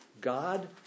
God